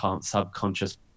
subconscious